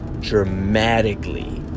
dramatically